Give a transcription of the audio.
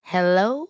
Hello